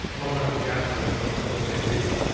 automatically downconvert it so i can still see a picture.